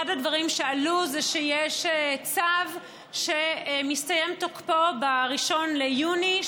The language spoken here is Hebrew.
הדברים שעלו זה שיש צו שמסתיים תוקפו ב-1 ביוני,